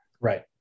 Right